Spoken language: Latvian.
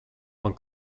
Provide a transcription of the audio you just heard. man